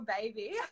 baby